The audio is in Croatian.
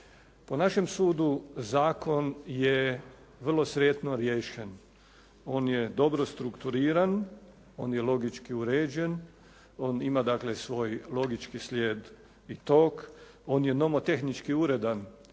Po našem sudu zakon je vrlo sretno riješen. On je dobro strukturiran, on je logički uređen, on ima dakle svoj logički slijed i tok, on je nomotehnički uredan